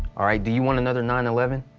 alright? do you want another nine eleven?